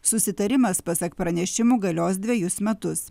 susitarimas pasak pranešimų galios dvejus metus